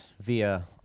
via